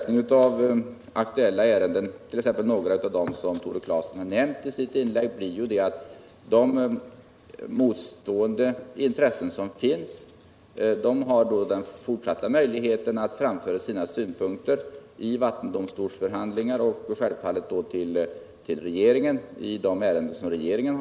I de aktuella ärendena, t.ex. några av dem Tore Claeson nämnt i sitt inlägg, har de olika intressen som finns fortsatta möjligheter att framföra synpunkter i vattendomstolsförhandlingar och till regeringen.